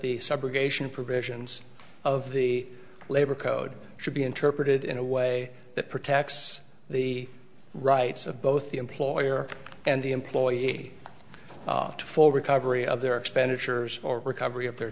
the subrogation provisions of the labor code should be interpreted in a way that protects the rights of both the employer and the employee to full recovery of their expenditures or recovery of their